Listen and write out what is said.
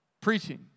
preaching